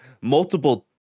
multiple